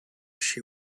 she